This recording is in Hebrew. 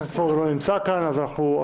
התש"ף-2020 אושרה.